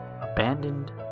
Abandoned